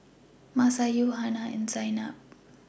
Masayu Hana and Zaynab